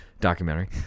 Documentary